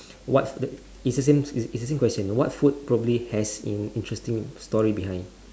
what the is the same is the same question what food probably has an interesting story behind